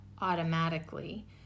automatically